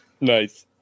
nice